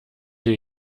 hier